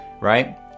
right